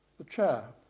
the chair.